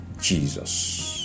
Jesus